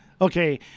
Okay